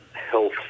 health